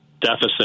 deficit